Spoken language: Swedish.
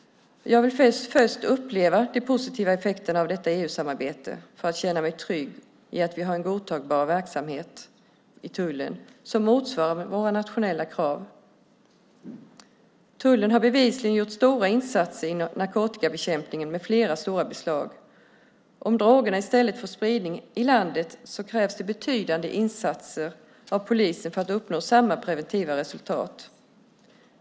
Jag vill först uppleva de positiva effekterna av detta EU-samarbete för att känna mig trygg i att vi har en godtagbar verksamhet i tullen som motsvarar våra nationella krav. Tullen har bevisligen gjort stora insatser inom narkotikabekämpningen med flera stora beslag. Om drogerna i stället får spridning i landet krävs det betydande insatser av polisen för att uppnå samma preventiva resultat.